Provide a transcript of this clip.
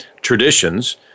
traditions